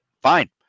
fine